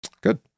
Good